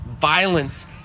violence